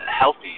healthy